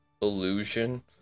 illusion